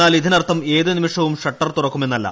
എന്നാൽ ഇതിനർത്ഥം ഏതു നിമിഷവും ഷട്ടർ തുറക്കുമെന്നല്ല